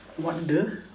what the